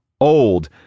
Old